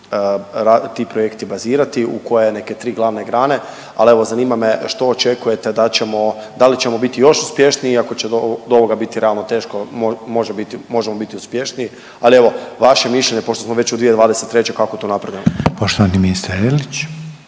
ti projekti bazirati, u kojeg neke 3 glavne grane, ali evo, zanima me, što očekujete da ćemo, da li ćemo biti još uspješniji iako će do ovoga biti realno teško, možemo biti uspješniji, ali evo, vaše mišljenje pošto smo već u 2023., kako to napredujemo? **Reiner,